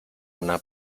una